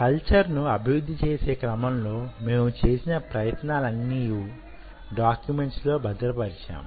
culture ను అభివృద్ధి చేసే క్రమంలో మేము చేసిన ప్రయత్నాలన్నీయీ డాక్యుమెం ట్సులో భద్ర పరిచాము